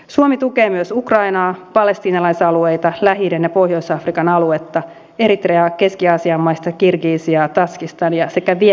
suomi tukee myös ukrainaa palestiinalaisalueita lähi idän ja pohjois afrikan aluetta eritreaa keski aasian maista kirgisiaa ja tadzhikistania sekä vietnamia